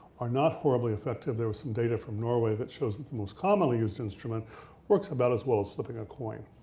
are not horribly effective. there was some data from norway that shows that the most commonly used instrument works about as well as flipping a coin.